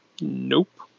Nope